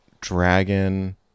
Dragon